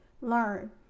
learn